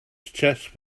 chest